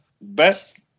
best